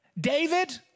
David